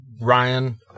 Ryan